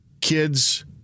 kids